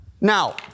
Now